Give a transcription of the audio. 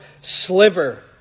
sliver